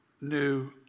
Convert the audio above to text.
new